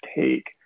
take